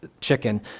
chicken